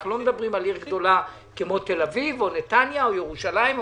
אנחנו לא מדברים על עיר גדולה כמו תל-אביב או נתניה או ירושלים.